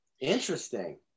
interesting